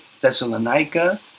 Thessalonica